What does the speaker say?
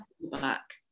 back